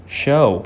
show